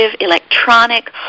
electronic